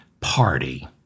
Party